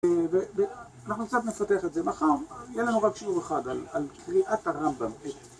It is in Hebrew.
אנחנו קצת נפתח את זה מחר, יהיה לנו רק שיעור אחד על קריאת הרמב״ם.